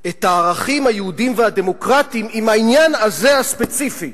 את הערכים היהודיים והדמוקרטיים עם העניין הזה הספציפי,